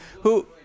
Who-